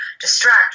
distract